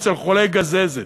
אצל חולי גזזת?